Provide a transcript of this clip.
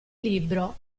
libro